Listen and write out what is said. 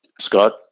Scott